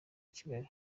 kigali